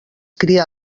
cria